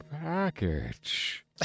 Package